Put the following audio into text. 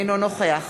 אינו נוכח